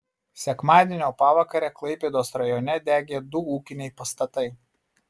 sekmadienio pavakarę klaipėdos rajone degė du ūkiniai pastatai